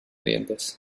dientes